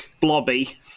Blobby